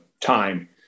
time